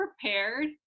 prepared